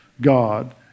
God